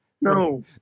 No